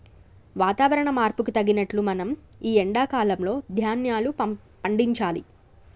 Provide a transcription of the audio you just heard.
వాతవరణ మార్పుకు తగినట్లు మనం ఈ ఎండా కాలం లో ధ్యాన్యాలు పండించాలి